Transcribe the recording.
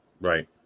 Right